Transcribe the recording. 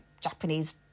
Japanese